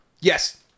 Yes